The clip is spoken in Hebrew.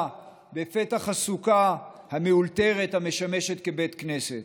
בפתח הסוכה המאולתרת המשמשת כבית כנסת,